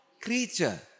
creature